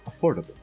affordable